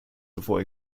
zuvor